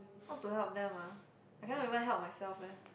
how to help them ah I cannot even help myself leh